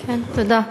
תודה.